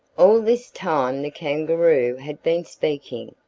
all this time the kangaroo had been speaking,